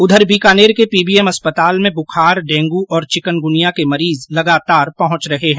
उधर बीकानेर के पीबीएम अस्पताल में बूखार डेंगू और चिकनगुनिया के मरीज लगातार पहुंच रहे है